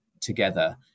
together